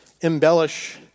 embellish